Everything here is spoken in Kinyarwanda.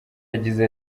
yagize